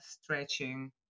stretching